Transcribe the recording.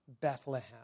Bethlehem